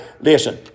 Listen